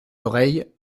oreilles